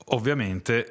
Ovviamente